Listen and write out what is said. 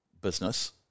business